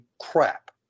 crap